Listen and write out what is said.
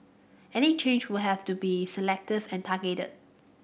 any change would have to be selective and targeted